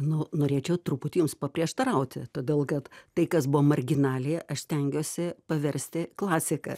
na norėčiau truputį jums paprieštarauti todėl kad tai kas buvo marginalija aš stengiuosi paversti klasika